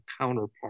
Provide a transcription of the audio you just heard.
counterpart